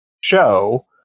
show